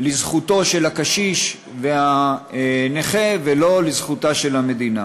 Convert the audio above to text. לזכותם של הקשיש והנכה, ולא לזכותה של המדינה.